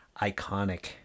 iconic